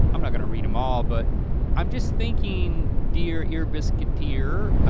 i'm not gonna read em all but i'm just thinking dear ear biscuiteer,